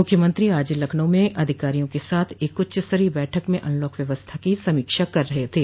मुख्यमंत्री आज लखनऊ में अधिकारियों के साथ एक उच्चस्तरीय बैठक में अनलॉक व्यवस्था की समीक्षा कर रहे थे